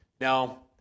Now